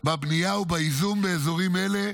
בבנייה באזורים אלה.